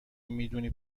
میدونی